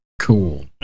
cool